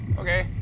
ok.